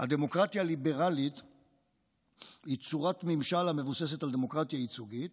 "הדמוקרטיה הליברלית היא צורת ממשל המבוססת על דמוקרטיה ייצוגית